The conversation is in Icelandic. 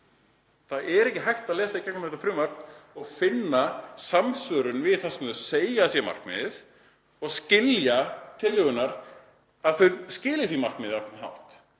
Það er ekki hægt að lesa í gegnum þetta frumvarp og finna samsvörun við það sem þau segja að sé markmiðið og skilja tillögurnar þannig að þær skili því markmiði á einhvern hátt.